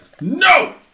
no